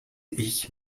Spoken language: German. ich